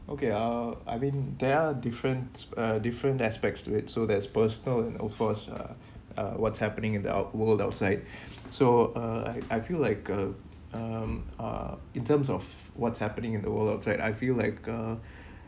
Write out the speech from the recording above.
okay uh I mean there are different uh different aspects to it so there's personal and of course or uh what's happening in the out world outside so uh I I feel like a um uh in terms of what's happening in the world outside I feel like uh